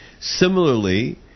Similarly